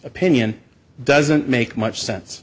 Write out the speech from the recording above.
opinion doesn't make much sense